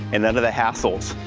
and none of the hassles.